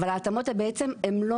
אבל ההתאמות האלה בעצם הן לא